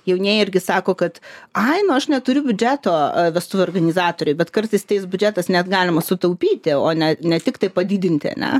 jaunieji irgi sako kad ai nu aš neturiu biudžeto vestuvių organizatoriui bet kartais tais biudžetas net galima sutaupyti o ne nes tiktai padidinti ane